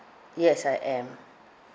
yes I am